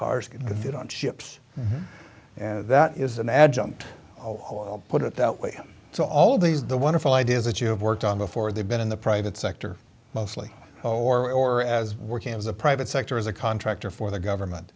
cars can get on ships and that is an adjunct put it that way so all of these the wonderful ideas that you have worked on before they've been in the private sector mostly or as working as a private sector as a contractor for the government